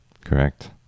Correct